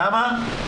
למה?